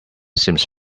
seems